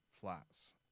flats